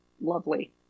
lovely